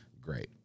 Great